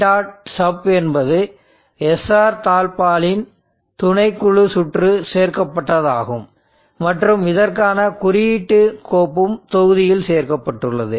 sub என்பது SR தாழ்ப்பாளின் துணைக்குழு சுற்று சேர்க்கப்பட்ட தாகும் மற்றும் இதற்கான குறியீட்டு கோப்பும் தொகுப்பில் சேர்க்கப்பட்டுள்ளது